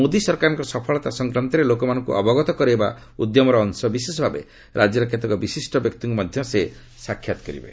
ମୋଦି ସରକାରଙ୍କ ସଫଳତା ସଂକ୍ରାନ୍ତରେ ଲୋକମାନଙ୍କୁ ଅବଗତ କରାଇବା ଉଦ୍ୟମର ଅଂଶବିଶେଷ ଭାବେ ରାଜ୍ୟର କେତେକ ବିଶିଷ୍ଟ ବ୍ୟକ୍ତିଙ୍କୁ ମଧ୍ୟ ସେ ସାକ୍ଷାତ କରିବେ